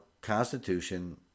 Constitution